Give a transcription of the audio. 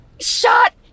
Shut